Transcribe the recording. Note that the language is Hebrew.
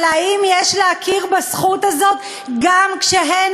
אבל האם יש להכיר בזכות הזאת גם כשהן,